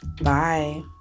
Bye